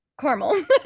caramel